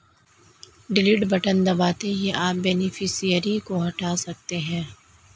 delete button दबाते ही आप बेनिफिशियरी को हटा सकते है